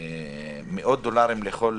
מאות דולרים לכל